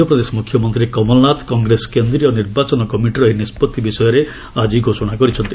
ମଧ୍ୟପ୍ରଦେଶ ମୁଖ୍ୟମନ୍ତ୍ରୀ କମଳନାଥ କଂଗ୍ରେସ କେନ୍ଦୀୟ ନିର୍ବାଚନ କମିଟିର ଏହି ନିଷ୍ପଭି ବିଷୟରେ ଆଜି ଘୋଷଣା କରିଛନ୍ତି